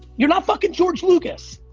you're not fucking george lucas!